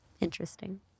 interesting